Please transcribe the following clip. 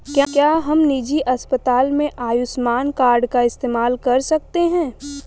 क्या हम निजी अस्पताल में आयुष्मान कार्ड का इस्तेमाल कर सकते हैं?